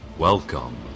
Welcome